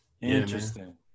Interesting